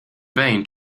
vain